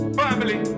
family